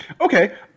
Okay